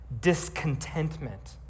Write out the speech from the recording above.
discontentment